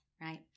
right